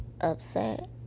upset